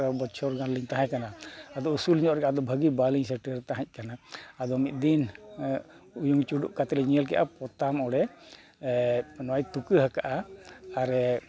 ᱵᱚᱪᱷᱚᱨ ᱜᱟᱱ ᱞᱤᱧ ᱛᱟᱦᱮᱸ ᱠᱟᱱᱟ ᱟᱫᱚ ᱩᱥᱩᱞ ᱧᱚᱜ ᱨᱮ ᱟᱫᱚ ᱵᱷᱟᱹᱞᱤ ᱵᱟᱹᱞᱤᱧ ᱥᱮᱴᱮᱨ ᱛᱟᱦᱮᱸᱜ ᱠᱟᱱᱟ ᱟᱫᱚ ᱢᱤᱫ ᱫᱤᱱ ᱩᱭᱩᱝ ᱪᱩᱰᱩᱜ ᱠᱟᱛᱮᱫ ᱞᱤᱧ ᱧᱮᱞ ᱠᱮᱫᱟ ᱯᱚᱛᱟᱢ ᱚᱸᱰᱮ ᱱᱚᱜᱼᱚᱭ ᱛᱩᱠᱟᱹᱣᱟᱠᱟᱫᱼᱟ ᱟᱨᱮ